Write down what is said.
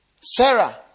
Sarah